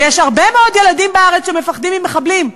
ויש הרבה מאוד ילדים בארץ שמפחדים ממחבלים,